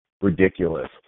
ridiculous